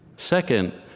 second,